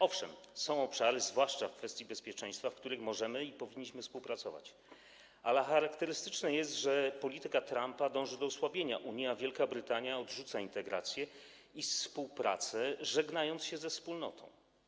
Owszem, są obszary, zwłaszcza w kwestii bezpieczeństwa, w których możemy i powinniśmy współpracować, ale charakterystyczne jest to, że polityka Trumpa dąży do osłabienia Unii, a Wielka Brytania odrzuca integrację i współpracę, żegnając się ze Wspólnotą.